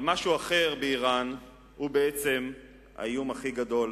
אבל משהו אחר באירן הוא האיום הכי גדול